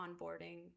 onboarding